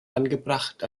angebracht